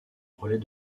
relais